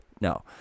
no